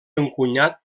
encunyat